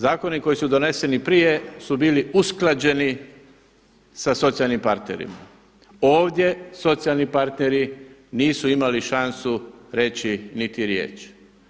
Zakoni koji su doneseni prije su usklađeni sa socijalnim partnerima, ovdje socijalni partneri nisu imali šansu reći niti riječ.